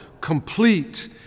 complete